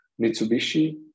Mitsubishi